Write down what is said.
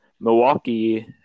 Milwaukee